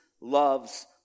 loves